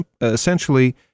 essentially